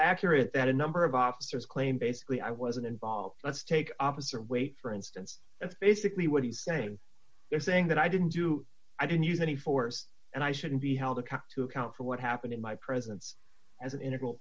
accurate that a number of officers claim basically i wasn't involved let's take opposite wait for instance that's basically what he's saying they're saying that i didn't do i don't use any force and i shouldn't be held a cop to account for what happened in my presence as an integral